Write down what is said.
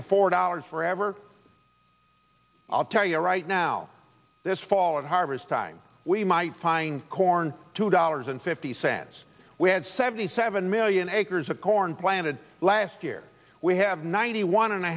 to four dollars forever i'll tell you right now this fall at harvest time we might find corn two dollars and fifty cents we had seventy seven million acres of corn planted last year we have ninety one and a